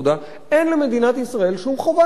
אין למדינת ישראל שום חובה כלפיו.